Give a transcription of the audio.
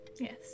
Yes